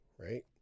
right